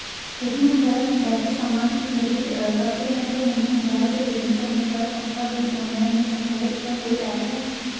यदि हम घर बैठे सामान की खरीद करते हैं तो हमें मोबाइल से पेमेंट करने पर पक्का बिल ऑनलाइन मिल सकता है इसका कोई ऐप है